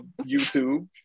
YouTube